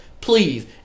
Please